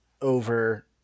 over